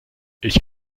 ich